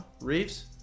Reeves